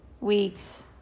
weeks